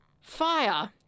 Fire